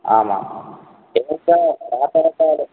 आमाम् एवं च प्रातः काले